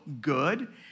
good